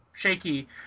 shaky